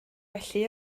felly